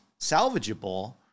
salvageable